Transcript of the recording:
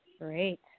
Great